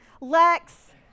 Lex